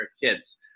kids